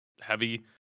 heavy